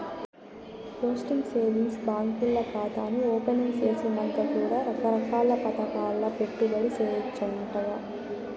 postal savings బాంకీల్ల కాతాను opening సేసినంక కూడా రకరకాల్ల పదకాల్ల పెట్టుబడి సేయచ్చంటగా